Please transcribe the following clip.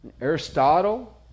Aristotle